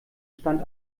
stand